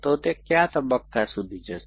તો તે કયા તબક્કા સુધી જશે